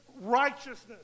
righteousness